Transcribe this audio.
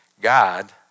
God